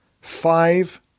five